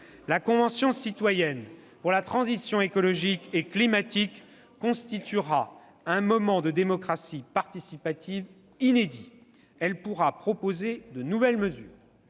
La convention citoyenne pour la transition écologique et climatique constituera un moment de démocratie participative inédit. Elle pourra proposer de nouvelles mesures